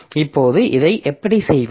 இப்போது இதை எப்படி செய்வது